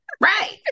Right